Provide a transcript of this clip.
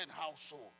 household